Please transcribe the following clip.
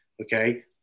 Okay